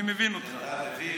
אני מבין אותך.